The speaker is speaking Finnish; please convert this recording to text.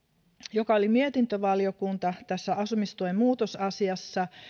joka oli mietintövaliokunta tässä asumistuen muutosasiassa